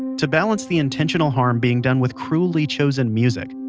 to balance the intentional harm being done with cruelly chosen music,